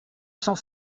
cent